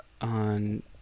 on